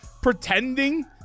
pretending